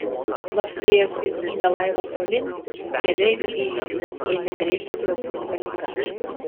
nors vėjas vis ginė laivą tolyn keleivių gyvybei ėmė grėsti klastinga liga